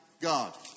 God